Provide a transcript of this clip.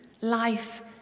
life